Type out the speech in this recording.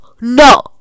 No